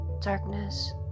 darkness